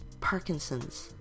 Parkinson's